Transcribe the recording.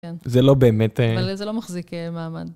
זה לא באמת, זה לא מחזיק מעמד.